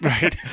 Right